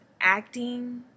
acting